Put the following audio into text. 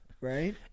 right